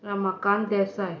Ramakant Desai